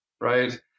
right